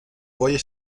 voyait